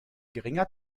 geringer